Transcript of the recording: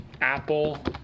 Apple